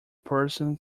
person